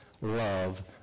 love